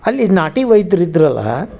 ಅಲ್ಲಿ ನಾಟಿ ವೈದ್ಯರು ಇದ್ದರಲ್ಲಲ